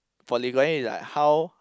for Lee Kuan Yew is like how